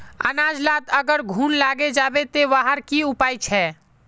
अनाज लात अगर घुन लागे जाबे ते वहार की उपाय छे?